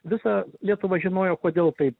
visa lietuva žinojo kodėl tai